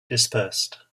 dispersed